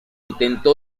intentó